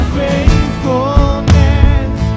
faithfulness